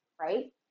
right